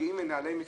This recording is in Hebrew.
מגיעים מנהלי משרדים,